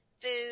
food